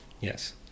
Yes